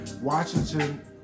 Washington